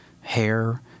hair